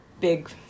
big